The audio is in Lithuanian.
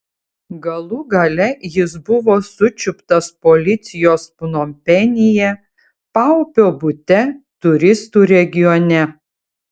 galų gale jis buvo sučiuptas policijos pnompenyje paupio bute turistų regione